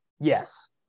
Yes